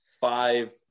five